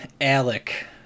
Alec